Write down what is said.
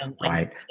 Right